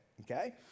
Okay